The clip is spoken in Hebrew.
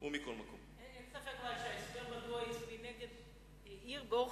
אין ספק שההסבר מדוע הוא הצביע נגד האיר באור